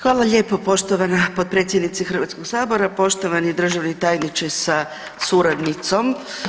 Hvala lijepo, poštovana potpredsjednice Hrvatskog sabora, poštovani državni tajniče sa suradnicom.